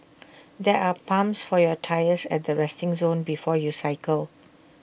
there are pumps for your tyres at the resting zone before you cycle